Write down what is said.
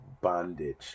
bondage